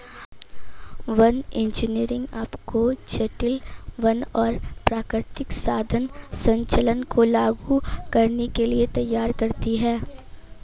one इंजीनियरिंग आपको जटिल वन और प्राकृतिक संसाधन संचालन को लागू करने के लिए तैयार करती है